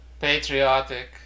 patriotic